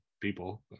people